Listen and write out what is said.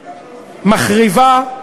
מחריבה,